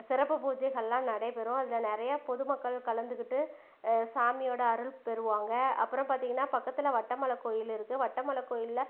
சிறப்பு பூஜைகள் எல்லாம் நடைபெறும் அதில் நிறையா பொதுமக்கள் கலந்துக்கிட்டு சாமியோட அருள் பெறுவாங்க அப்புறம் பார்த்திங்கனா பக்கத்தில் வட்டமலை கோயில் இருக்கு வட்டமலை கோயிலில்